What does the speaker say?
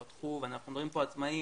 אנחנו מדברים פה על עצמאים,